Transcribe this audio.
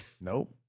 Nope